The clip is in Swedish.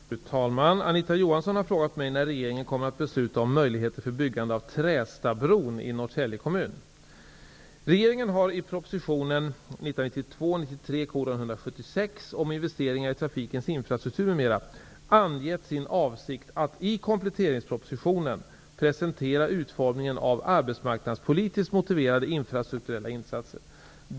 Fru talman! Anita Johansson har frågat mig när regeringen kommer att besluta om möjligheter för byggande av Trästabron i Norrtälje kommun. Regeringen har i proposition 1992/93:176 om investeringar i trafikens infrastruktur m.m. angett sin avsikt att i kompletteringspropositionen presentera utformningen av arbetsmarknadspolitiskt motiverade infrastrukturella insatser.